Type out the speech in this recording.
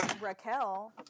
Raquel